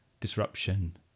disruption